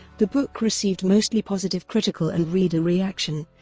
the book received mostly positive critical and reader reaction,